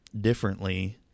differently